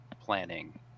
planning